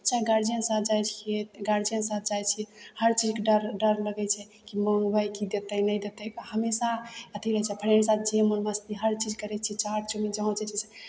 चाहे गार्जियन साथ जाइ छियै गार्जियन साथ जाइ छी हरचीजके डर डर लगै छै कि मङ्गबै कि देतै नहि देतै हमेशा अथी रहै छै फ्रेंड साथ छियै मौज मस्ती हरचीज करै छियै चाट चाउमिन जहाँ जे चीज छै से